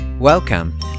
Welcome